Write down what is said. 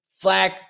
flag